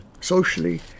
socially